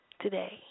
today